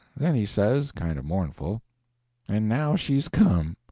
then he says, kind of mournful and now she's come!